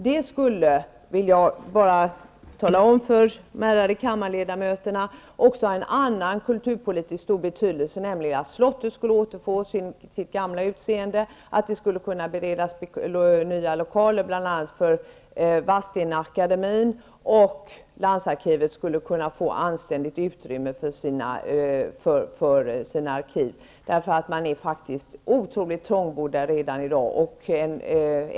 Jag vill för de ärade kammarledamöterna tala om att detta även har annan stor kulturpolitisk betydelse, nämligen att slottet skulle återfå sitt gamla utseende och att det skulle kunna beredas nya lokaler bl.a. för Vadstena-akademien, och landsarkivet skulle kunna få anständigt utrymme för sina arkiv. De är redan i dag otroligt trångbodda.